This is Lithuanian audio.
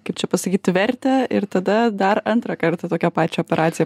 kaip čia pasakyti vertę ir tada dar antrą kartą tokią pačią operaciją